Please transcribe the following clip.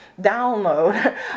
download